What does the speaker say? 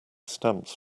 stamps